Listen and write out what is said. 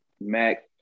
Mac